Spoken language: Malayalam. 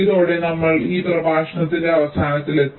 ഇതോടെ നമ്മൾ ഈ പ്രഭാഷണത്തിന്റെ അവസാനത്തിലെത്തി